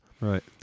Right